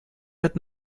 wird